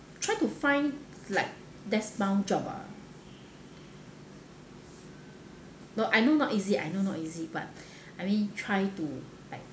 try to find like desk bound job ah no I know not easy I know not easy but I mean try to like